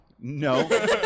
no